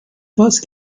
phases